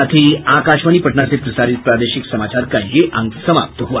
इसके साथ ही आकाशवाणी पटना से प्रसारित प्रादेशिक समाचार का ये अंक समाप्त हुआ